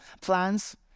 plans